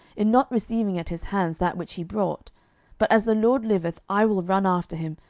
in not receiving at his hands that which he brought but, as the lord liveth, i will run after him,